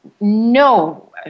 no